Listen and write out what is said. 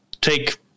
take